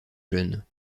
jeunes